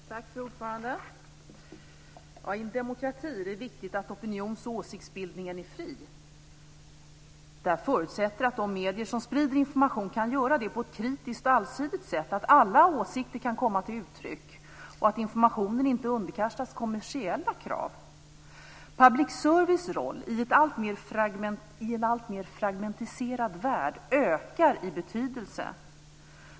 Fru talman! I en demokrati är det viktigt att opinions och åsiktsbildningen är fri. Det här förutsätter att de medier som sprider information kan göra det på ett kritiskt och allsidigt sätt, att alla åsikter kan komma till uttryck och att informationen inte underkastas kommersiella krav. Public services roll i en alltmer fragmentiserad värld ökar i betydelse.